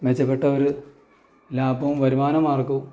മെച്ചപ്പെട്ട ഒരു ലാഭവും വരുമാനമാർഗവും